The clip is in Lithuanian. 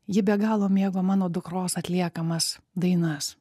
ji be galo mėgo mano dukros atliekamas dainas